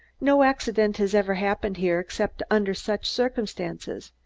no accident has ever happened here except under such circumstances.